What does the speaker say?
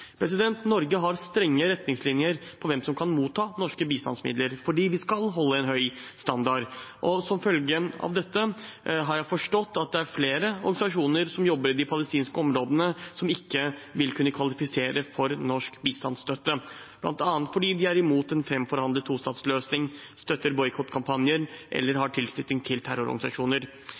Norge har strenge retningslinjer for hvem som kan motta norske bistandsmidler, fordi vi skal holde en høy standard. Som følge av dette har jeg forstått at det er flere organisasjoner som jobber i de palestinske områdene, som ikke vil kunne kvalifisere for norsk bistandsstøtte, bl.a. fordi de er imot en framforhandlet tostatsløsning, støtter boikottkampanjen eller har tilknytning til terrororganisasjoner.